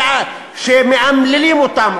שמאמללים אותם,